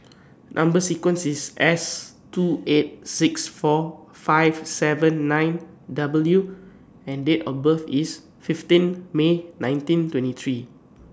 Number sequence IS S two eight six four five seven nine W and Date of birth IS fifteen May nineteen twenty three